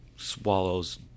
swallows